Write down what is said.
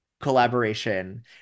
collaboration